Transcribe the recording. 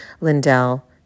Lindell